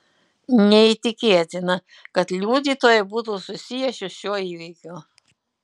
neįtikėtina kad liudytojai būtų susiję su šiuo įvykiu